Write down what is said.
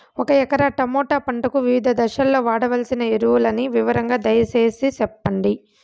ఒక ఎకరా టమోటా పంటకు వివిధ దశల్లో వాడవలసిన ఎరువులని వివరంగా దయ సేసి చెప్పండి?